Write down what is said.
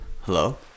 Hello